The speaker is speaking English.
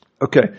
Okay